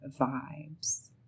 Vibes